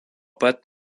pat